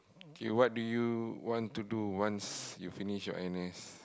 okay what do you want to do once you finish your N_S